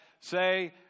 say